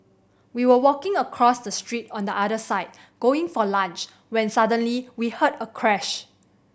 we were walking across the street on the other side going for lunch when suddenly we heard a crash